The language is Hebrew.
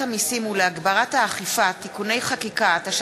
המסים ולהגברת האכיפה (תיקוני חקיקה),